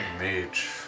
mage